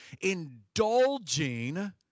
indulging